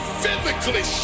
physically